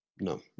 No